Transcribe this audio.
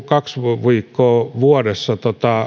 kaksi viikkoa vuodessa